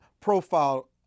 profile